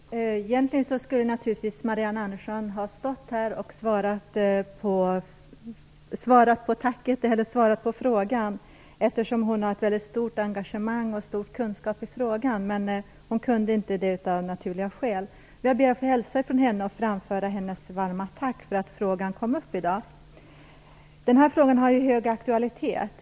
Herr talman! Egentligen skulle naturligtvis Marianne Andersson ha stått här och tagit emot svaret på frågan eftersom hon har ett stort engagemang och en stor kunskap i frågan, men av naturliga skäl kan hon inte det. Jag ber att få hälsa från henne och framföra hennes varma tack för att frågan kom upp i dag. Den här frågan har ju hög aktualitet.